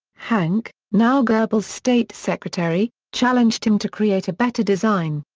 hanke, now goebbels' state secretary, challenged him to create a better design.